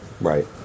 Right